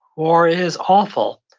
war is awful.